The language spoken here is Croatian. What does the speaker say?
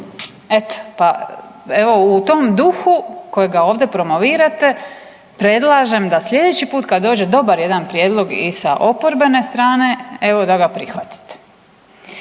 Evo u tom duhu kojega ovdje promovirate predlažem da slijedeći put kad dođe dobar jedan prijedlog i sa oporbene strane evo da ga prihvatite.